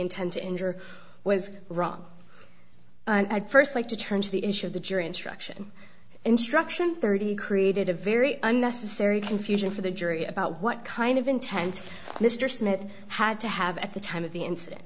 intent to injure was wrong and i'd first like to turn to the issue of the jury instruction instruction thirty created a very unnecessary confusion for the jury about what kind of intent mr smith had to have at the time of the incident